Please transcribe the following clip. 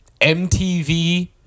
MTV